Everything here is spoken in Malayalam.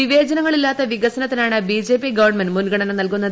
വിവേചനങ്ങളില്ലാത്ത വികസനത്തിനാണ് ബി ജെ പി ഗവൺമെന്റ് മുൻഗണന നല്കുന്നത്